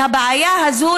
את הבעיה הזאת,